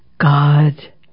God